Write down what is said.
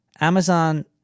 Amazon